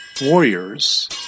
warriors